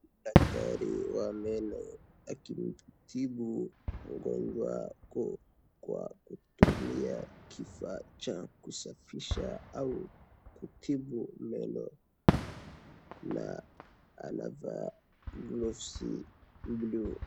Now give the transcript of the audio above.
Daktari wa meno akimtibu mgonjwa kwa kutumia kifaa cha kusafisha au kutibu meno na anavaa glovsi buluu.